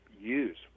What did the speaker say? use